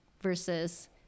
versus